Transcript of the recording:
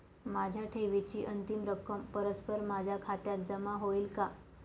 माझ्या ठेवीची अंतिम रक्कम परस्पर माझ्या खात्यात जमा होईल का?